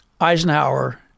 Eisenhower